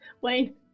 Wayne